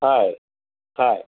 हय हय